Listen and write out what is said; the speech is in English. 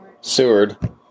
Seward